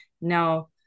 Now